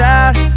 out